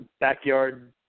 backyard